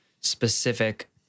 specific